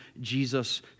Jesus